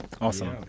Awesome